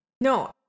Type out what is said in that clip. no